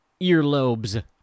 earlobes